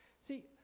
See